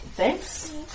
Thanks